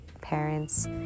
parents